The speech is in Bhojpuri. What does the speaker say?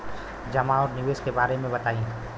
जमा और निवेश के बारे मे बतायी?